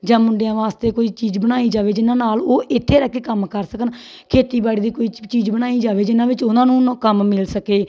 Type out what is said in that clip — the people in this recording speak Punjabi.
ਜਾਂ ਮੁੰਡਿਆਂ ਵਾਸਤੇ ਕੋਈ ਚੀਜ਼ ਬਣਾਈ ਜਾਵੇ ਜਿਹਨਾਂ ਨਾਲ ਉਹ ਇੱਥੇ ਰਹਿ ਕੇ ਕੰਮ ਕਰ ਸਕਣ ਖੇਤੀਬਾੜੀ ਦੀ ਕੋਈ ਚ ਚੀਜ਼ ਬਣਾਈ ਜਾਵੇ ਜਿਹਨਾਂ ਵਿੱਚ ਉਹਨਾਂ ਨੂੰ ਨਾ ਕੰਮ ਮਿਲ ਸਕੇ